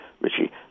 Richie